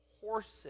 horses